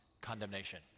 condemnation